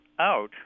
out